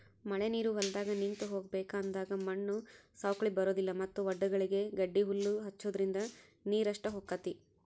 ಮಳಿನೇರು ಹೊಲದಾಗ ನಿಂತ ಹೋಗಬೇಕ ಅಂದಾಗ ಮಣ್ಣು ಸೌಕ್ಳಿ ಬರುದಿಲ್ಲಾ ಮತ್ತ ವಡ್ಡಗಳಿಗೆ ಗಡ್ಡಿಹಲ್ಲು ಹಚ್ಚುದ್ರಿಂದ ನೇರಷ್ಟ ಹೊಕೈತಿ